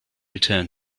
return